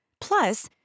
Plus